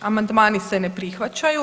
Amandmani se ne prihvaćaju.